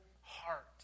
heart